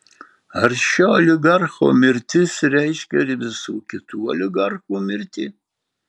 ar šio oligarcho mirtis reiškia ir visų kitų oligarchų mirtį